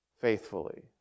faithfully